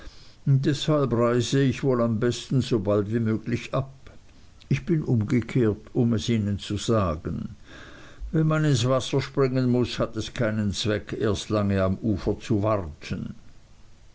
deshalb reise ich wohl am besten sobald wie möglich ab ich bin umgekehrt um es ihnen zu sagen wenn man ins wasser springen muß hat es keinen zweck erst lange am ufer zu warten